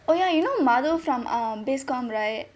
oh ya you know manu from um biz-communication right